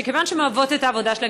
שכיוון שהן אוהבות את העבודה שלהן,